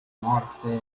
morte